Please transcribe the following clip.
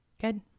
Good